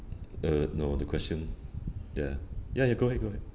uh no the question ya ya you go ahead go ahead